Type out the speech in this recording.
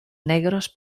negros